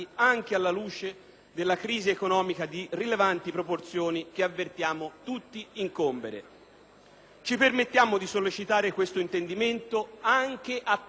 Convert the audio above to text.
della crisi economica di rilevanti proporzioni che avvertiamo tutti incombere. Ci permettiamo di sollecitare questo intendimento anche a tempo scaduto,